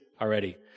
already